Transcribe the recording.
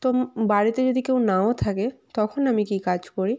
তো বাড়িতে যদি কেউ নাও থাকে তখন আমি কি কাজ করি